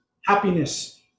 happiness